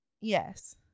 Yes